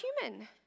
human